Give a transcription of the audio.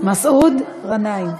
מסעוד גנאים.